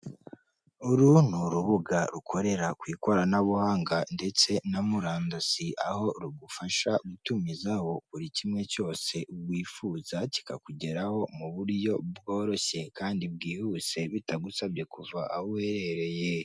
Uru ni urubuga rukorera ku ikoranabuhanga ndetse na murandasi, aho rugufasha gutumizaho buri kimwe cyose wifuza kikakugeraho mu buryo bworoshye kandi bwihuse bitagusabye kuva aho uherereye.